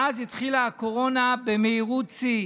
ואז התחילה הקורונה במהירות שיא